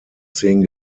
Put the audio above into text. zehn